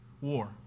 war